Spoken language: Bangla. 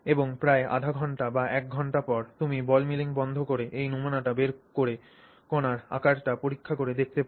এবং প্রায় আধা ঘন্টা বা 1 ঘন্টা পর তুমি বল মিলিং বন্ধ করে এবং নমুনাটি বের করে কণার আকারটি পরীক্ষা করে দেখতে পার